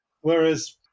Whereas